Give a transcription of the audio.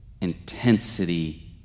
intensity